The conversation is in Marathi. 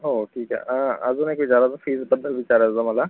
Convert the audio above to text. हो ठीक आहे अजून एक विचारायचं फीजबद्दल विचारायचं मला